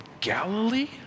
Galilee